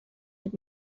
had